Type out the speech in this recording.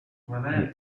thesis